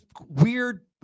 weird